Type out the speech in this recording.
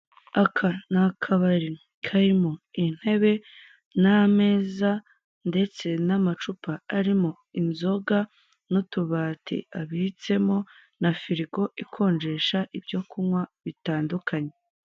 Aka ni akabari karimo intebe n'ameza ndetse n'amacupa arimo inzoga, n'utubati abitsemo na firigo ikonjesha ibyo kunywa bitandukanye.